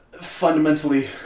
fundamentally